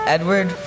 Edward